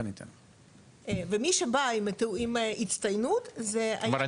ומי שבא עם הצטיינות --- כלומר,